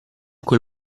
quel